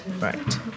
Right